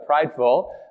prideful